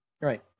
Right